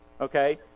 okay